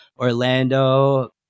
Orlando